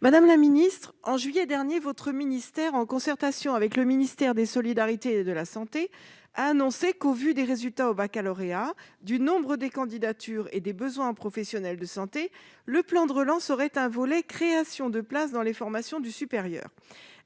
Madame la ministre, en juillet dernier, votre ministère, en concertation avec le ministère des solidarités et de la santé, a annoncé que, au vu des résultats au baccalauréat, du nombre des candidatures et des besoins en professionnels de santé, le plan de relance comporterait un volet relatif à la création de places dans les formations du supérieur.